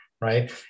Right